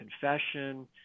confession